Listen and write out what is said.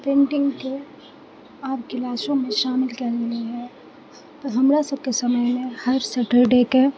पेन्टिंगके आब क्लास रूममे शामिल कयने छी हमरा सभके समयमे हर सटरडेके